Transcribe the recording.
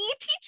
teach